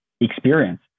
experience